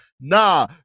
Nah